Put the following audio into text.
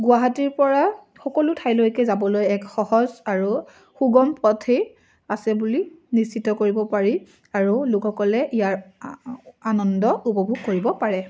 গুৱাহাটীৰ পৰা সকলো ঠাইলৈকে যাবলৈ এক সহজ আৰু সুগম পথেই আছে বুলি নিশ্চিত কৰিব পাৰি আৰু লোকসকলে ইয়াৰ আনন্দ উপভোগ কৰিব পাৰে